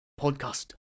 Podcast